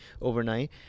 overnight